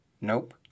nope